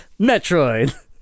Metroid